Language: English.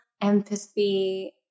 empathy